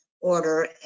order